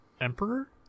Emperor